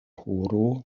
horo